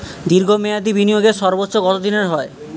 দীর্ঘ মেয়াদি বিনিয়োগের সর্বোচ্চ কত দিনের হয়?